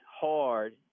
hard